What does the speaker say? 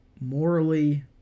morally